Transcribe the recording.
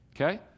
okay